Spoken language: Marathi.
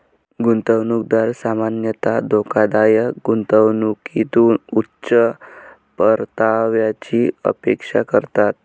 गुंतवणूकदार सामान्यतः धोकादायक गुंतवणुकीतून उच्च परताव्याची अपेक्षा करतात